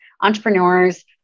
entrepreneurs